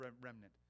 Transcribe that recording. remnant